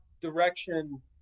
direction